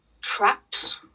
traps